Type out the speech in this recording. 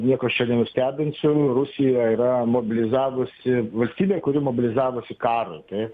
nieko aš čia nenustebinsiu ru rusija yra mobilizavusi valstybė kuri mobilizavosi karui taip